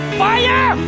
fire